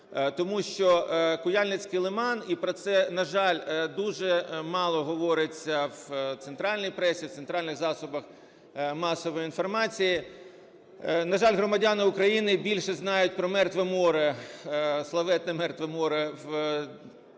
Тому що Куяльницький лиман, і про це, на жаль, дуже мало говориться в центральній пресі, в центральних засобах масової інформації, на жаль, громадяни України більше знають про Мертве море, славетне Мертве море в Державі